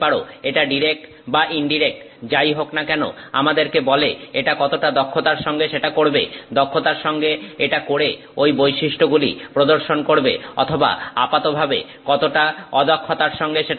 এটা ডিরেক্ট বা ইনডিরেক্ট যাই হোক না কেন আমাদেরকে বলে এটা কতটা দক্ষতার সঙ্গে সেটা করবে দক্ষতার সঙ্গে এটা করে ঐ বৈশিষ্ট্যগুলি প্রদর্শন করবে অথবা আপাতভাবে কতটা অদক্ষতার সঙ্গে সেটা করবে